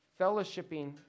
fellowshipping